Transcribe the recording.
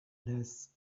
less